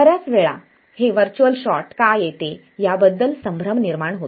बर्याच वेळा हे व्हर्च्युअल शॉर्ट का येते याबद्दल संभ्रम निर्माण होतो